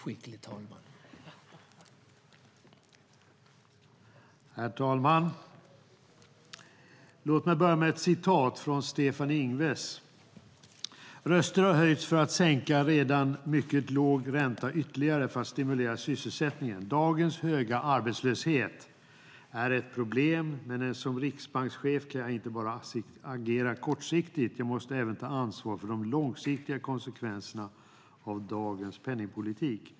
Herr talman! Låt mig börja med ett citat av Stefan Ingves. "Röster har höjts för att sänka en redan mycket låg ränta ytterligare för att stimulera sysselsättningen. Dagens höga arbetslöshet är ett problem, men som riksbankschef kan jag inte bara agera kortsiktigt. Jag måste även ta ansvar för de långsiktiga konsekvenserna av dagens penningpolitik.